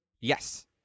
Yes